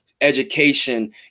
education